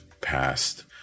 past